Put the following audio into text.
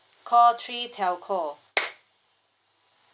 call three telco